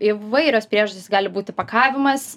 įvairios priežastys gali būti pakavimas